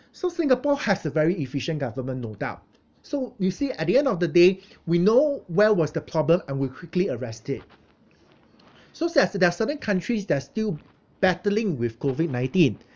so singapore has a very efficient government no doubt so you see at the end of the day we know where was the problem and we quickly arrest it so sad there are certain countries they're still battling with COVID nineteen